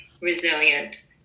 resilient